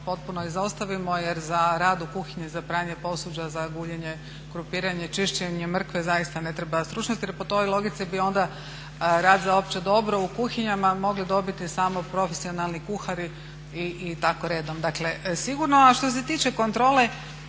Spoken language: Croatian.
potpuno izostavimo jer za rad u kuhinji, za pranje posuđa, za guljenje krumpira, čišćenje mrkve zaista ne treba stručnost, jer po toj logici bi rad za opće dobro u kuhinjama mogli dobiti samo profesionalni kuhari i tako redom dakle sigurno. A što se tiče kontrole